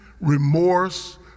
remorse